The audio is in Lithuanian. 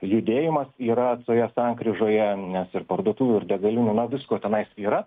judėjimas yra toje sankryžoje nes ir parduotuvių ir degalinių na visko tenais yra